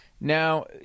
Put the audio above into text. Now